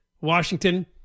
Washington